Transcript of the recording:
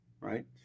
right